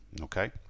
okay